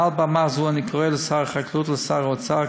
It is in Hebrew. מעל במה זו אני קורא לשר החקלאות ולשר האוצר,